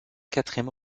quatrième